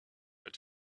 but